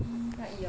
ya 一二三